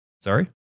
Sorry